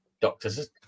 doctors